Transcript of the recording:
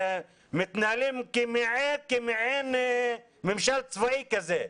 מתנהלים כמעין ממשל צבאי כזה.